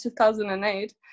2008